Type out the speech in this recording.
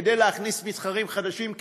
כדי להכניס מתחרים חדשים,